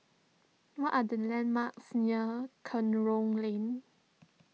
what are the landmarks near Kerong Lane